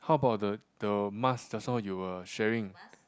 how about the the marks just now you were sharing